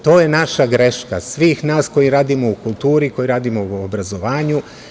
To je naša greška, svih nas koji radimo u kulturi, koji radimo u obrazovanju.